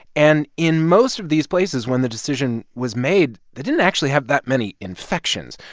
and in most of these places, when the decision was made, they didn't actually have that many infections.